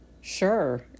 Sure